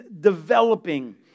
developing